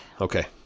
Okay